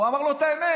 הוא אמר לו את האמת.